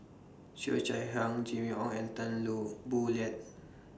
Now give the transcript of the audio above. Cheo Chai Hiang Jimmy Ong and Tan Lu Boo Liat